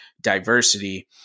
diversity